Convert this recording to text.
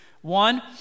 One